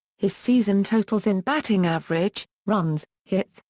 his season totals in batting average, runs, hits,